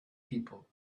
people